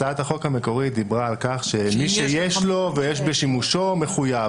הצעת החוק המקורית דיברה על כך שמי שיש לו ויש בשימושו מחויב,